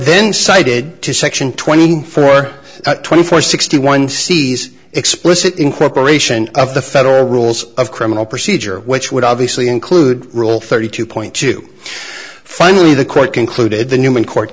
then cited to section twenty four twenty four sixty one sees explicit incorporation of the federal rules of criminal procedure which would obviously include rule thirty two point two finally the court concluded the newman court